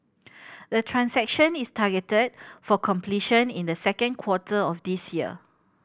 the transaction is targeted for completion in the second quarter of this year